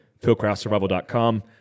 philcraftsurvival.com